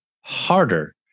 harder